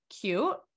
cute